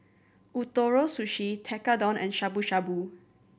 Ootoro Sushi Tekkadon and Shabu Shabu